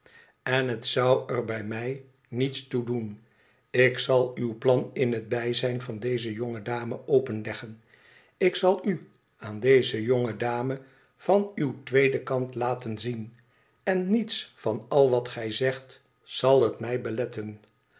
en het zou er bij mij niets toe doen ik zal uw plan in het bijzijn van deze jonge dame openleggen ik zal u aan deze jonge dame van uw tweeden kant laten zien en niets van al wat gij zept zal het mij beletten